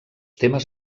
temes